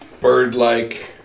bird-like